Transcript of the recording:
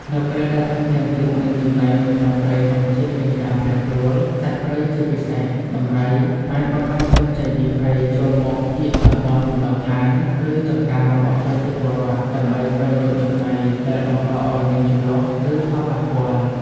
នៅពេលដែលធនធានទឹក និងចំណីនៅក្នុងព្រៃធម្មជាតិមានការប្រែប្រួល សត្វព្រៃជាពិសេសដំរី អាចបង្ខំចិត្តចេញពីព្រៃចូលមកកៀកតំបន់លំនៅឋាន ឬចំការរបស់ប្រជាពលរដ្ឋ ដើម្បីស្វែងរកចំណី ដែលបង្កឱ្យមានជម្លោះ ឬផលប៉ះពាល់។